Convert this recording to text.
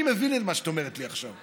אני מבין את מה שאת אומרת לי עכשיו,